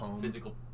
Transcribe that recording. physical